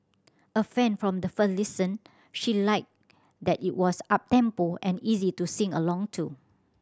a fan from the first listen she liked that it was uptempo and easy to sing along to